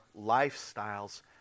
lifestyles